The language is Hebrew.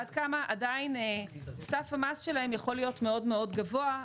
עד כמה עדיין סף המס שלהם יכול להיות מאוד מאוד גבוה,